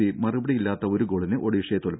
C മറുപടിയില്ലാത്ത ഒരു ഗോളിന് ഒഡീഷയെ തോൽപ്പിച്ചു